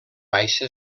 baixa